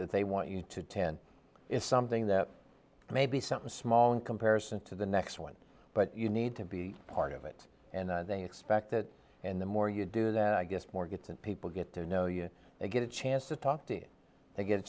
that they want you to ten is something that maybe some small in comparison to the next one but you need to be part of it and they expect that and the more you do that i guess more gets and people get to know you get a chance to talk to